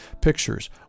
pictures